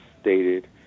stated